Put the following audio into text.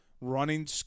running